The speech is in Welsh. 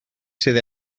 sydd